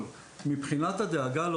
חברי דיבר על